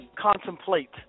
contemplate